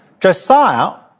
Josiah